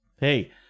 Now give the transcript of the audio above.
hey